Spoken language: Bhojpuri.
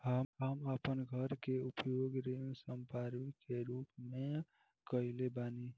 हम आपन घर के उपयोग ऋण संपार्श्विक के रूप में कइले बानी